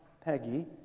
Peggy